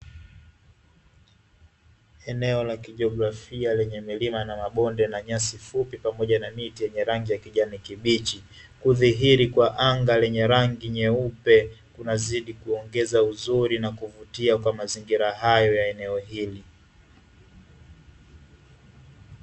Eneo la kijiografia lenye milima na mabonda na nyasi fupi pamoja na miti yenye rangi ya kijani kibichi ,anga lenye rangi nyeupe linazidi kuvutia na kuongeza uzuri kwa mazingira hayo ya eneo hili..